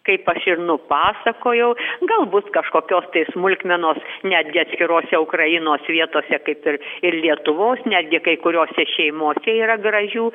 kaip aš ir nupasakojau galbūt kažkokios tai smulkmenos netgi atskirose ukrainos vietose kaip ir ir lietuvos netgi kai kuriose šeimose yra gražių